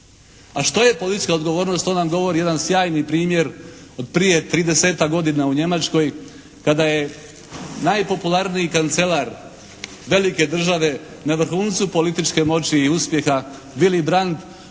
A što je politička odgovornost to nam govori jedan sjajni primjer od prije 30-tak godina u Njemačkoj kada je najpopularniji kancelar velike države na vrhuncu političke moći i uspjeha Vili Drand